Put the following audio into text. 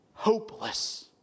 Hopeless